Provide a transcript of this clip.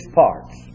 parts